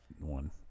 one